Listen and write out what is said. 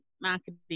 Marketing